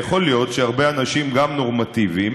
יכול להיות שהרבה אנשים, גם נורמטיביים,